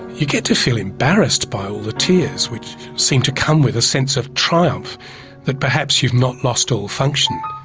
you get to feel embarrassed by all the tears, which seem to come with a sense of triumph that perhaps you've not lost all function.